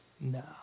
No